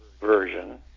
version